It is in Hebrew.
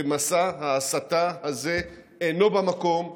ומסע ההסתה הזה אינו במקום,